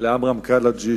לעמרם קלעג'י,